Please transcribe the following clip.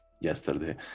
yesterday